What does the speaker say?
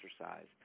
exercise